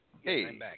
Hey